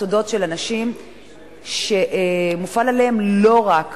התודות של הנשים שמופעלים עליהן לא רק